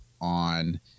on